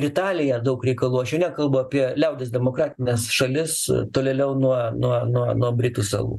italija daug reikalų aš jau nekalbu apie liaudies demokratines šalis tolėliau nuo nuo nuo britų salų